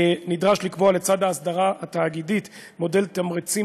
ונדרש לקבוע לצד ההסדרה התאגידית מודל תמריצים